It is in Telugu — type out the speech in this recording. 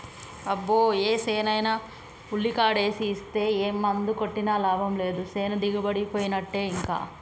అబ్బో ఏసేనైనా ఉల్లికాడేసి ఇస్తే ఏ మందు కొట్టినా లాభం లేదు సేను దిగుబడిపోయినట్టే ఇంకా